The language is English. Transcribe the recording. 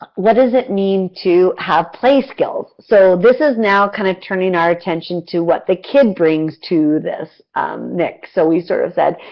what does it mean to have play skills. so, this is now kind of turning our attention to what the kid brings to this mix. so, we sort of said,